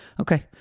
Okay